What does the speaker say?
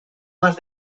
más